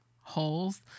holes